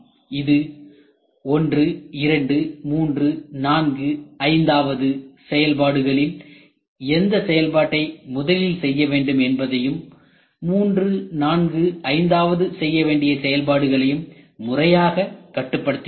இது 12345 வது செயல்பாடுகளில் எந்த செயல்பாட்டை முதலில் செய்ய வேண்டும் என்பதையும் 345வது செய்யவேண்டிய செயல்பாடுகளையும் முறையாக கட்டுப்படுத்துகிறது